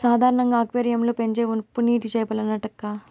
సాధారణంగా అక్వేరియం లో పెంచేవి ఉప్పునీటి చేపలేనంటక్కా